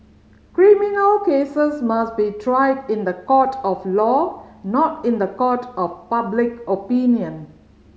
criminal cases must be tried in the court of law not in the court of public opinion